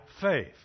faith